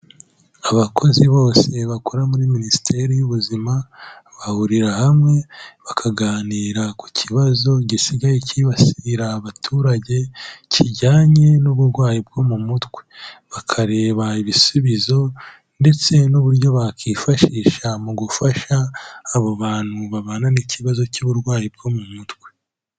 Abakozi bose bakora muri minisiteri y'ubuzima, bahurira hamwe bakaganira ku kibazo gisigaye cyibasira abaturage, kijyanye n'uburwayi bwo mu mutwe. Bakareba ibisubizo ndetse n'uburyo bakifashisha mu gufasha abo bantu babana n'ikibazo cy'uburwayi bwo mu mutwe.